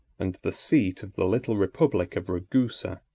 and the seat of the little republic of ragusa.